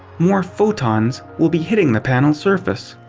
more photons will be hitting the panel surface.